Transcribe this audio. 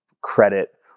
credit